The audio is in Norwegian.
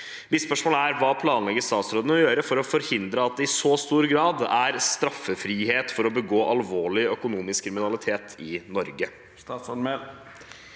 Hva planlegger statsråden å gjøre for å forhindre at det i så stor grad er straffrihet for å begå alvorlig økonomisk kriminalitet i Norge